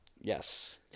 Yes